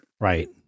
Right